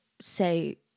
say